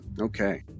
Okay